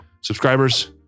subscribers